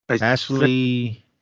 Ashley